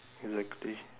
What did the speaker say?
exactly